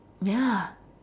ya